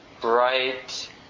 bright